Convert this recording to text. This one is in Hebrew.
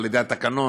על-ידי התקנון,